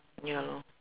ya lor